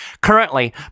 Currently